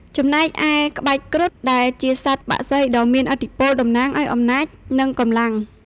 ចំណែកឯក្បាច់ គ្រុឌ ដែលជាសត្វបក្សីដ៏មានឥទ្ធិពលតំណាងឱ្យអំណាច និងកម្លាំង។